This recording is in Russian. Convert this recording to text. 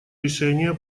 решение